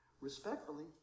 respectfully